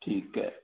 ठीकु आहे